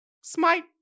smite